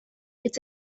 hitz